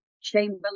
chamber